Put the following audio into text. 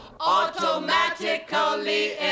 automatically